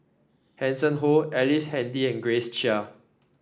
Hanson Ho Ellice Handy and Grace Chia